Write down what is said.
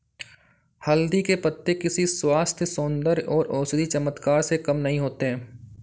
हल्दी के पत्ते किसी स्वास्थ्य, सौंदर्य और औषधीय चमत्कार से कम नहीं होते